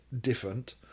different